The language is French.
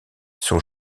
son